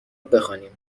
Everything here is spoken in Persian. بخوانیم